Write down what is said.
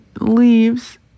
leaves